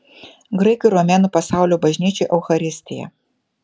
graikų ir romėnų pasaulio bažnyčių eucharistija